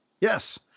Yes